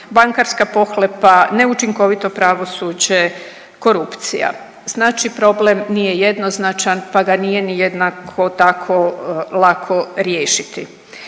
bankarska pohlepa, neučinkovito pravosuđe, korupcija. Znači problem nije jednoznačan pa ga nije ni jednako tako, lako riješiti.